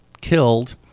killed